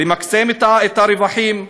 למקסם את הרווחים,